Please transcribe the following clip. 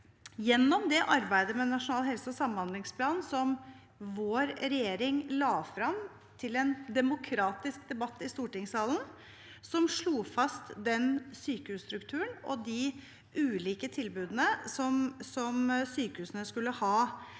gjennom arbeidet med Nasjonal helse- og samhandlingsplan som vår regjering la frem til en demokratisk debatt i stortingssalen, som slo fast den sykehusstrukturen og de ulike tilbudene som sykehusene skulle ha